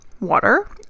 water